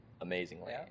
Amazingly